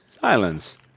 Silence